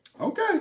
Okay